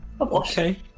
Okay